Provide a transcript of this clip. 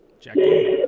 Jackie